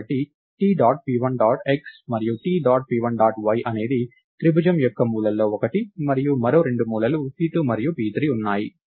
కాబట్టి T dot p1 dot x మరియు T dot p1 dot y అనేది త్రిభుజం యొక్క మూలల్లో ఒకటి మరియు మరో రెండు మూలలు p2 మరియు p3 ఉన్నాయి